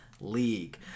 League